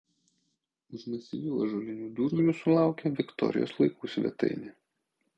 už masyvių ąžuolinių durų jūsų laukia viktorijos laikų svetainė